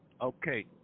Okay